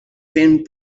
fent